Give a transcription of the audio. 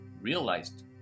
realized